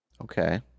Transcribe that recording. Okay